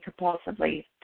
compulsively